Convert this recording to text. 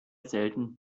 selten